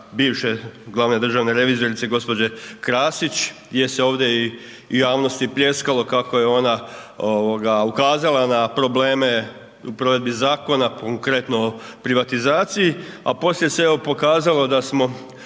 bivše glavne državne revizorice gđe. Krasić jer se ovdje i u javnosti pljeskalo kako je ona ukazala na probleme u provedbi zakona, konkretno privatizaciji a poslije se evo pokazalo da smo